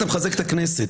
אתה מחזק את הכנסת,